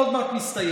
עוד מעט מסתיים.